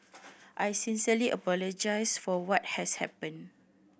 I sincerely apologise for what has happened